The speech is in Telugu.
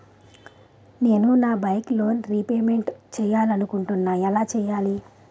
నేను నా బైక్ లోన్ రేపమెంట్ చేయాలనుకుంటున్నా ఎలా చేయాలి?